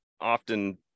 often